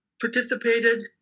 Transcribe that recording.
participated